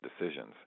decisions